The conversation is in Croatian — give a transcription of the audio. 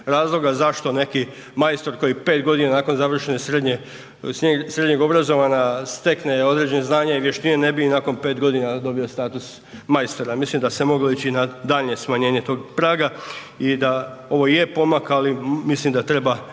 razloga zašto neki majstor koji 5 godina nakon završene srednjeg obrazovanja stekne određena znanja i vještine ne bi i nakon 5 godina dobio status majstora. Mislim da se moglo ići na daljnje smanjenje tog praga i da ovo je pomak, ali mislim da treba